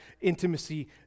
intimacy